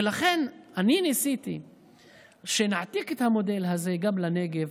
ולכן, אני ניסיתי שנעתיק את המודל הזה גם לנגב,